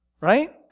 right